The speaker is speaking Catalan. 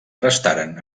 restaren